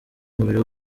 umubiri